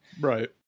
right